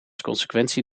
consequentie